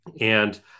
And-